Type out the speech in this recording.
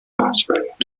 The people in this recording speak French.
principalement